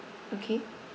okay